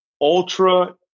ultra